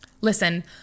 Listen